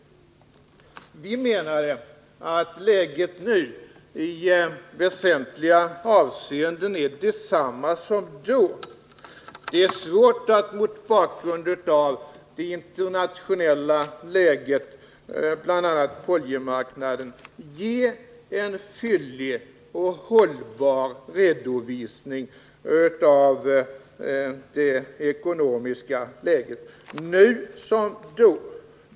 Vi menar att läget nu i väsentliga avseenden är detsamma som då. Det är svårt att, mot bakgrund av den internationella situationen bl.a. på oljemarknaden, ge en fyllig och hållbar redovisning av det ekonomiska läget, nu som då.